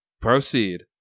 Proceed